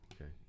Okay